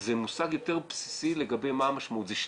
זה מושג יותר בסיסי לגבי מה המשמעות, זה שליטה.